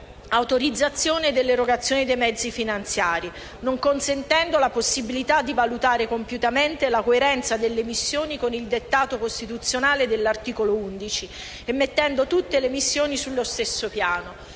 autorizzazione dell'erogazione dei mezzi finanziari, non consentendo la possibilità di valutare compiutamente la coerenza delle missioni con il dettato costituzionale dell'articolo 11 e mettendo tutte le missioni sullo stesso piano.